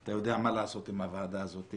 אתה יודע מה לעשות עם הוועדה הזאת,